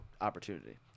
opportunity